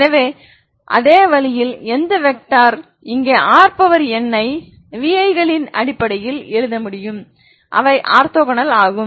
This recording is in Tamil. எனவே அதே வழியில் எந்த வெக்டர் இங்கே Rn ஐ vi களின் அடிப்படையில் எழுத முடியும் இவை ஆர்தகோனல் ஆகும்